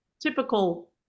typical